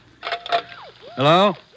Hello